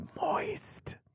moist